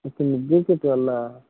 okay ముగ్గురికి ట్వల్లా